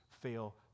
fail